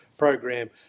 program